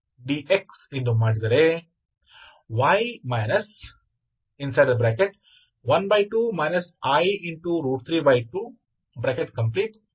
xC2 ಅನ್ನು ನೀವು ನೋಡಬಹುದು